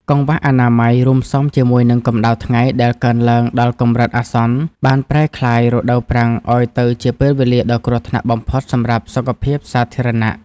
កង្វះអនាម័យរួមផ្សំជាមួយនឹងកម្ដៅថ្ងៃដែលកើនឡើងដល់កម្រិតអាសន្ន បានប្រែក្លាយរដូវប្រាំងឱ្យទៅជាពេលវេលាដ៏គ្រោះថ្នាក់បំផុតសម្រាប់សុខភាពសាធារណៈ។